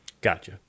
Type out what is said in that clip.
Gotcha